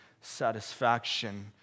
satisfaction